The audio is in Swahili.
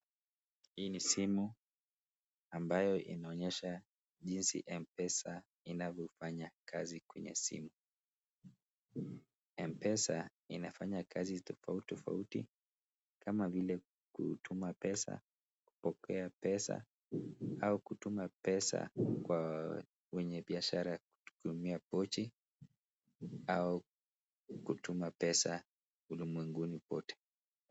Hii ni simu ambayo inaonyesha jinsi Mpesa inavyo fanya kazi kwenye simu. Mpesa inafanya kazi tofauti tofauti kama vile kutuma pesa, kupokea pesa, au kutuma pesa kwa wenye biashara kutumia pochi au kutuma pesa ulimwenguni kote.